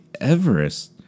Everest